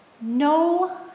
no